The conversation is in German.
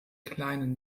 kleinen